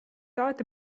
thought